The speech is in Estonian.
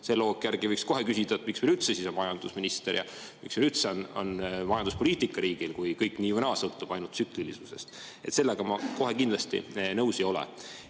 Selle loogika järgi võiks kohe küsida, miks meil üldse siis on majandusminister ja miks riigil üldse on majanduspoliitika, kui kõik nii või naa sõltub ainult tsüklilisusest. Sellega ma kohe kindlasti nõus ei ole.